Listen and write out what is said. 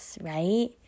Right